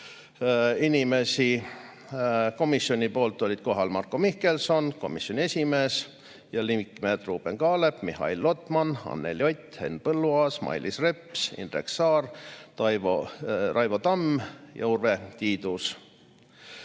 inimesi. Komisjonist olid kohal Marko Mihkelson, komisjoni esimees, ja liikmed Ruuben Kaalep, Mihhail Lotman, Anneli Ott, Henn Põlluaas, Mailis Reps, Indrek Saar, Raivo Tamm ja Urve Tiidus.